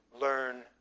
Learn